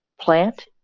plant